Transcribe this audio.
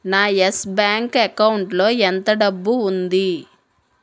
నా Yes Bank అకౌంట్లో ఎంత డబ్బు ఉంది